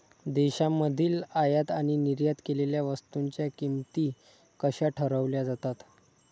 देशांमधील आयात आणि निर्यात केलेल्या वस्तूंच्या किमती कशा ठरवल्या जातात?